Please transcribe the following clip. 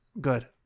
Good